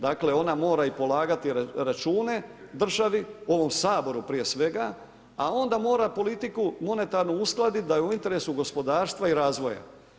Dakle ona mora i polagati račune državi, ovom Saboru prije svega, a onda mora monetarnu politiku uskladiti da je u interesu gospodarstva i razvoja.